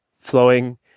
flowing